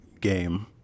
game